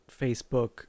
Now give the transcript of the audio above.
Facebook